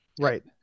Right